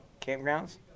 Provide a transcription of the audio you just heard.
campgrounds